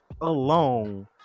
alone